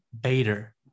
Bader